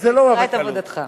אני מכירה את עבודתך.